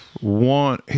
one